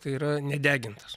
tai yra nedegintas